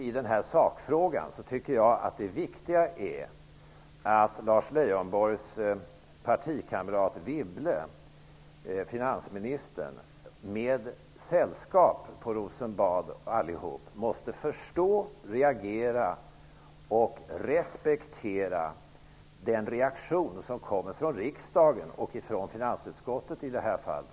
I sakfrågan tycker jag att det viktiga är att Lars Leijonborgs partikamrat Wibble, finansministern, med sällskap på Rosenbad måste förstå, reagera och respektera den reaktion som kommer från riksdagen och finansutskottet.